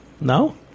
No